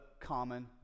common